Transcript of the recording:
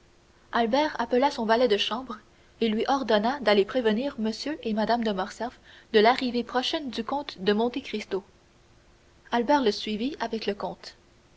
albert appela son valet de chambre et lui ordonna d'aller prévenir m et mme de morcerf de l'arrivée prochaine du comte de monte cristo albert le suivit avec le comte